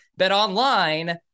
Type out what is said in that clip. Betonline